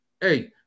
hey